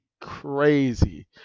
crazy